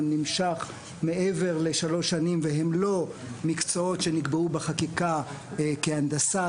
נמשך מעבר לשלוש שנים והם לא מקצועות שנקבעו בחקיקה כהנדסה,